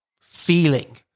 feeling